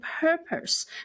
purpose